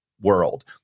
world